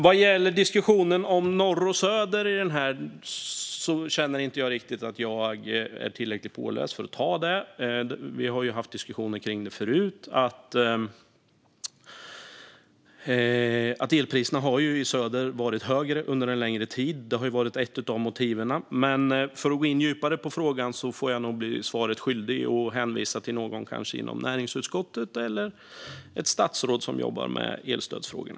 Vad gäller diskussionen om norr och söder i detta känner jag inte riktigt att jag är tillräckligt påläst för att ta den. Vi har haft diskussioner kring detta förut, det vill säga att elpriserna under en längre tid har varit högre i söder. Det har varit ett av motiven. Men vill man gå in djupare på frågan får jag nog bli svaret skyldig och i stället hänvisa till någon inom näringsutskottet eller till ett statsråd som jobbar med elstödsfrågorna.